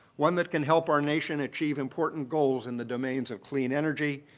one that can help our nation achieve important goals in the domains of clean energy,